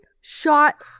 shot